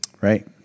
Right